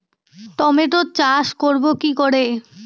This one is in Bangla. টমেটোর চাষ করব কি করে?